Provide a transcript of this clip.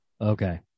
okay